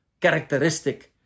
characteristic